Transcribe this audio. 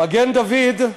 מגן-דוד,